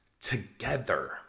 together